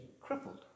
crippled